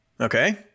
Okay